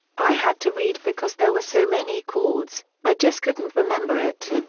i had to read because there were so many chords, i just couldn't remember it.